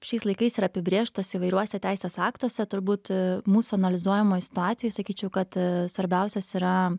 šiais laikais yra apibrėžtos įvairiuose teisės aktuose turbūt mūsų analizuojamoj situacijoj sakyčiau kad svarbiausias yra